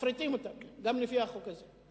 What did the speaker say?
מפריטים אותם, גם לפי החוק הזה.